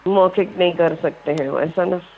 मौखिक नहीं कर सकते हैं ऐसा ना